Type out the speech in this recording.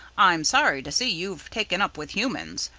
i'm sorry to see you've taken up with humans.